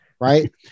Right